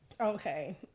okay